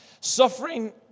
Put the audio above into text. Suffering